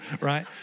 right